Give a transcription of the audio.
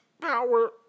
Power